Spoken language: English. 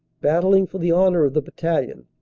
battling for the honor of the battalion,